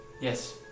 Yes